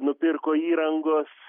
nupirko įrangos